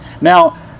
Now